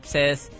Says